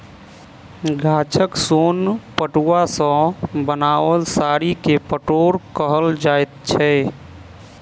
गाछक सोन पटुआ सॅ बनाओल साड़ी के पटोर कहल जाइत छै